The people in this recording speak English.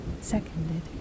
seconded